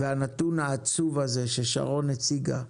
והנתון העצוב הזה ששרון הציגה,